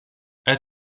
add